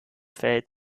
verhält